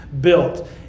built